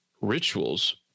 rituals